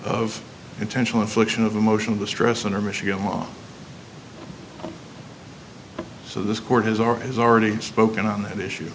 of intentional infliction of emotional distress and or michigan law so this court has or has already spoken on that issue